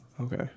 Okay